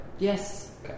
Yes